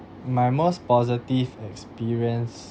my most positive experience